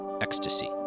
ecstasy